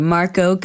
Marco